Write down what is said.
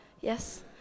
Yes